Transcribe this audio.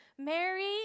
Mary